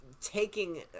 taking